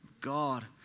God